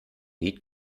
lied